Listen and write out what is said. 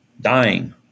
Dying